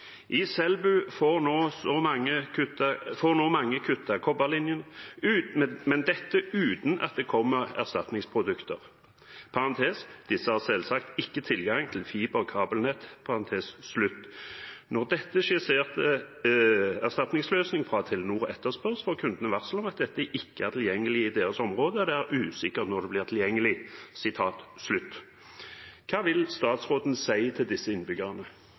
i forrige uke fikk vi en mail fra ordføreren i Selbu: «I Selbu får nå mange kuttet kobberlinjer, men dette UTEN at det kommer erstatningsprodukter . Når dette skisserte erstatningsløsning fra Telenor etterspørres får kundene varsel om at dette ikke er tilgjengelig i deres område og det er usikkert når det blir tilgjengelig.» Hva vil statsråden si til disse innbyggerne?